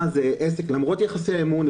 למרות יחסי האמון,